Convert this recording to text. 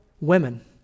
women